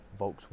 Volkswagen